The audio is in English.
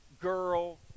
girl